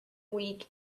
week